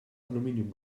aluminium